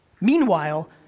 Meanwhile